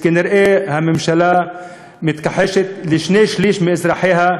כנראה הממשלה מתכחשת לשני-שלישים מאזרחיה,